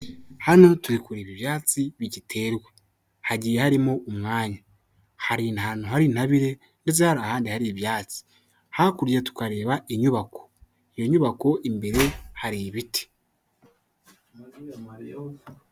Hano turi kureba ibyatsi bigiterwa. Hagiye harimo umwanya. Hari ahantu hari intabire ndetse hari ahandi hari ibyatsi. Hakurya tukareba inyubako. Iyo nyubako imbere hari ibiti.